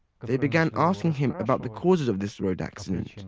they began asking him about the causes of this road accident.